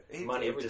money